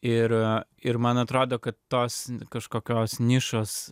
ir ir man atrodo kad tos kažkokios nišos